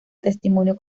testimonio